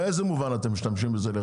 באיזה מובן אתם משתמשים בזה לרעה?